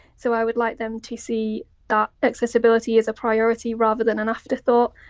so, i would like them to see that accessibility is a priority rather than an afterthought.